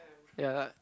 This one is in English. ya lah